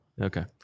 Okay